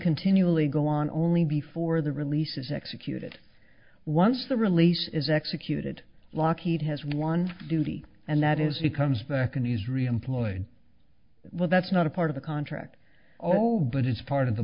continually go on only before the release is executed once the release is executed lockheed has one duty and that is he comes back and he is reemployed well that's not a part of the contract oh but it's part of the